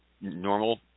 normal